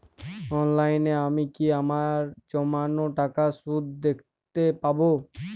অনলাইনে আমি কি আমার জমানো টাকার সুদ দেখতে পবো?